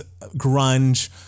grunge